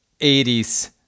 80s